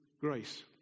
grace